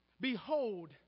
Behold